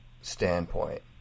standpoint